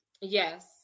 Yes